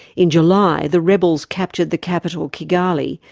in july the rebels captured the capital, kigali,